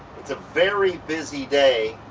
it's a very busy day.